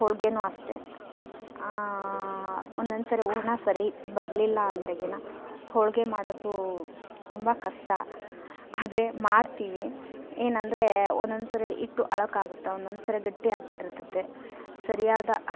ಹೋಳ್ಗೆ ಅಷ್ಟೇ ಒಂದೊಂದುಸರಿ ಹೂರ್ಣ ಸರಿ ಬರಲಿಲ್ಲ ಅಂದ್ರೆಗಿನ ಹೋಳಿಗೆ ಮಾಡೋದು ತುಂಬ ಕಷ್ಟ ಆದರೆ ಮಾಡ್ತೀವಿ ಏನಂದರೆ ಒಂದೊಂದುಸರಿ ಹಿಟ್ಟು ಅಳಕ್ಕಾಗುತ್ತೆ ಒಂದೊಂದುಸರಿ ಗಟ್ಟಿ ಆಗಿಬಿಟ್ಟಿರ್ತತೆ ಸರಿಯಾದ